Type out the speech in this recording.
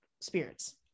spirits